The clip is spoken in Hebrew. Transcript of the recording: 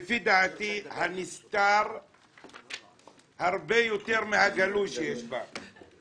לפי דעתי הנסתר הרבה יותר מהגלוי שיש בה.